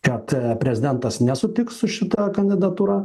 kad prezidentas nesutiks su šita kandidatūra